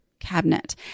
cabinet